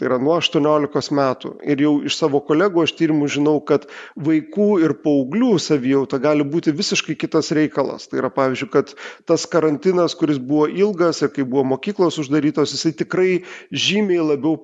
tai yra nuo aštuoniolikos metų ir jau iš savo kolegų aš tyrimų žinau kad vaikų ir paauglių savijauta gali būti visiškai kitas reikalas tai yra pavyzdžiui kad tas karantinas kuris buvo ilgas ir kai buvo mokyklos uždarytos jisai tikrai žymiai labiau